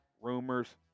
rumors